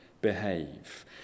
behave